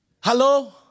Hello